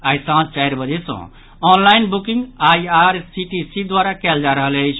आई सांझ चारि बजे सँ ऑनलाइन बुकिंग आइआरसीटीसी द्वारा कयल जा रहल अछि